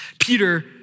Peter